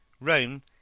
Rome